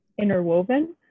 interwoven